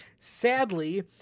Sadly